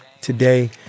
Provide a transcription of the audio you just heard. today